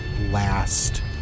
last